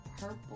Purple